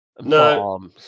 No